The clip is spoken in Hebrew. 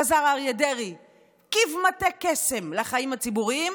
חזר אריה דרעי כבמטה קסם לחיים הציבוריים.